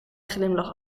glimlach